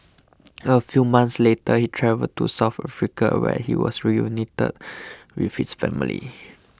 a few months later he travelled to South Africa where he was reunited with his family